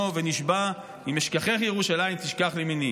ונשבע: "אם אשכחך ירושלים תשכח ימיני".